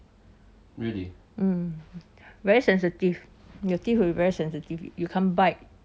mm very sensitive your teeth will be very sensitive you can't bite